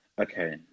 Okay